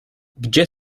gdzie